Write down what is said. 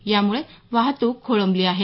यामुळे वाहतूक खोळंबली आहे